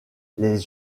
les